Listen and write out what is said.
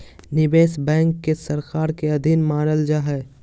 निवेश बैंक के सरकार के अधीन मानल जा हइ